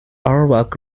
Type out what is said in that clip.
artwork